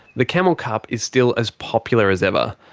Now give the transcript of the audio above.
the camel cup is still as popular as ever.